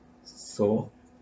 so